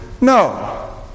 no